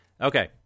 Okay